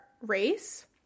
race